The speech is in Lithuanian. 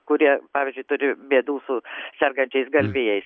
kurie pavyzdžiui turi bėdų su sergančiais galvijais